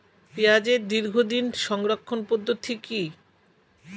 পেঁয়াজের দীর্ঘদিন সংরক্ষণ পদ্ধতি কি?